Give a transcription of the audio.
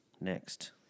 Next